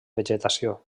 vegetació